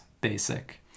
basic